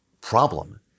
problem